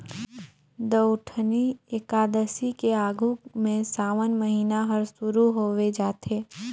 देवउठनी अकादसी के आघू में सावन महिना हर सुरु होवे जाथे